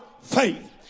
faith